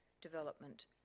development